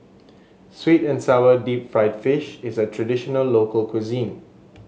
sweet and sour Deep Fried Fish is a traditional local cuisine